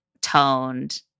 toned